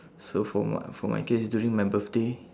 so for my for my case during my birthday